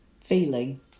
feeling